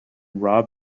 rob